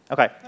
Okay